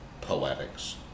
poetics